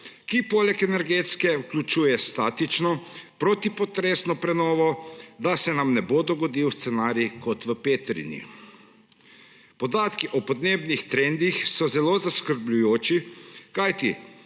ki poleg energetske vključuje statično, protipotresno prenovo, da se nam ne bo dogodil scenarij kot v Petrinji. Podatki o podnebnih trendih so zelo zaskrbljujoči, kajti